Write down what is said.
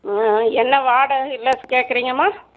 ஆ ஆ என்ன வாடகையில் கேட்குறீங்கம்மா